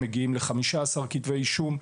מגיעים ל- 15 כתבי אישום.